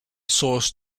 source